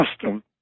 custom